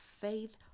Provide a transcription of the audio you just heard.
faith